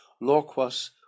Lorquas